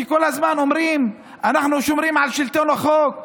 שכל הזמן אומרים: אנחנו שומרים על שלטון החוק,